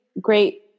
great